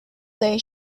day